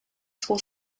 school